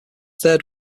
third